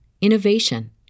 innovation